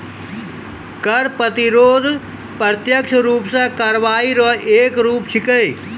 कर प्रतिरोध प्रत्यक्ष रूप सं कार्रवाई रो एक रूप छिकै